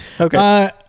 okay